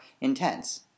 intense